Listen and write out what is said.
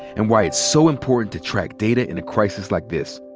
and why it's so important to track data in a crisis like this.